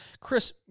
Chris